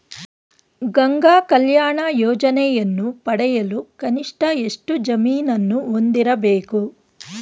ಗಂಗಾ ಕಲ್ಯಾಣ ಯೋಜನೆಯನ್ನು ಪಡೆಯಲು ಕನಿಷ್ಠ ಎಷ್ಟು ಜಮೀನನ್ನು ಹೊಂದಿರಬೇಕು?